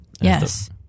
Yes